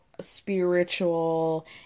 spiritual